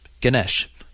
Ganesh